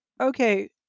okay